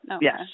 Yes